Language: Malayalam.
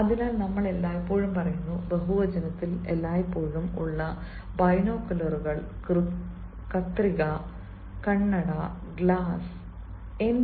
അതിനാൽ നമ്മൾ എല്ലായ്പ്പോഴും പറയുന്നു ബഹുവചനത്തിൽ എല്ലായ്പ്പോഴും ഉള്ള ബൈനോക്കുലറുകൾ കത്രിക കണ്ണട ഗ്ലാസ്binocularscissors spectacles glasses